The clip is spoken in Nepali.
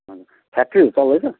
हजुर फ्याक्ट्रीहरू चल्दैछ